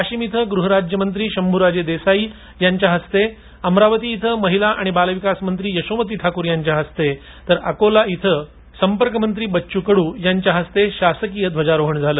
वाशिम इथं गृहराज्यमंत्री शंभूराजे देसाई यांच्या हस्ते अमरावती इथं महिला आणि बालविकास मंत्री यशोमती ठाकूर यांच्या हस्ते तर अकोला इथे संपर्कमंत्री बच्चू कडू यांच्या हस्ते शासकीय ध्वजारोहण झालं